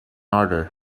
order